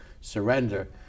surrender